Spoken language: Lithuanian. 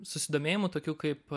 susidomėjimų tokių kaip